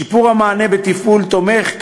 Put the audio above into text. שיפור המענה בטיפול תומך,